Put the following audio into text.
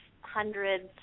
hundreds